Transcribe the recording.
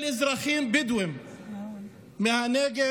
אלה אזרחים בדואים מהנגב